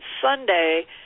Sunday